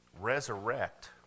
resurrect